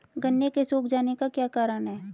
गन्ने के सूख जाने का क्या कारण है?